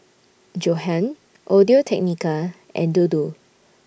Johan Audio Technica and Dodo